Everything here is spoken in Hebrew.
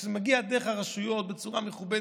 כשזה מגיע דרך הרשויות בצורה מכובדת,